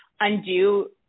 undo